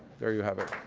there you have it.